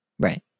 Right